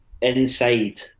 inside